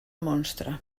monstre